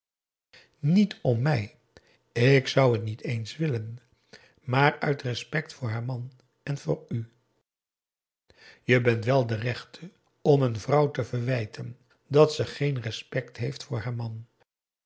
niet om mij ik zou het niet eens willen maar uit respect voor haar man en voor u je bent wel de rechte om een vrouw te verwijten dat ze geen respect heeft voor haar man